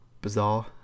bizarre